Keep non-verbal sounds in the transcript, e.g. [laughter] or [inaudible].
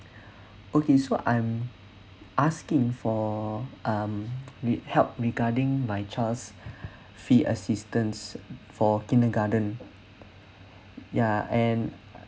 [breath] okay so um asking for um help regarding my child [breath] fee assistance for kindergarten [breath] ya and